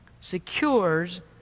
secures